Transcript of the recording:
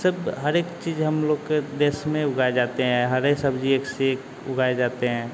सब हर एक चीज हम लोग का देश में उगाए जाते हैं हर एक सब्जी एक से एक उगाए जाते हैं